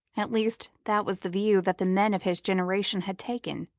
at least that was the view that the men of his generation had taken.